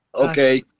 Okay